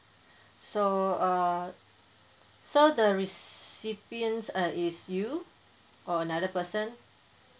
so uh so the recipient uh is you or another person